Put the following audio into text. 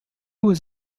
was